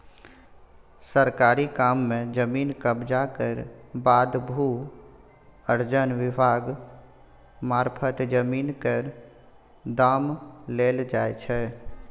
सरकारी काम मे जमीन कब्जा केर बाद भू अर्जन विभाग मारफत जमीन केर दाम देल जाइ छै